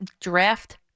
draft